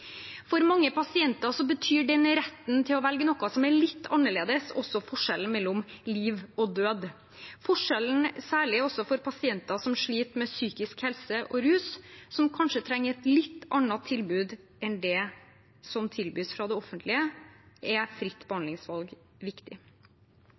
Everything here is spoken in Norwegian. For mange pasienter betyr retten til å velge noe som er litt annerledes, også forskjellen mellom liv og død. Særlig for pasienter som sliter med psykisk helse og rus, som kanskje trenger et litt annet tilbud enn det som tilbys fra det offentlige, er fritt